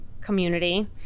community